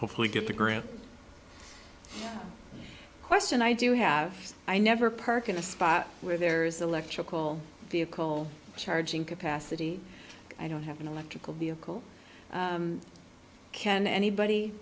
hopefully get the grant question i do have i never park in a spot where there's electrical vehicle charging capacity i don't have an electrical vehicle can anybody